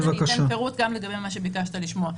אני מיד אתן פירוט גם לגבי מה שביקשת לשמוע.